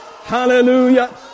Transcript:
Hallelujah